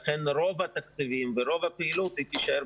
לכן רוב התקציבים ורוב הפעילות יישארו